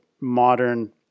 modern